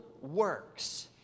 works